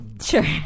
Sure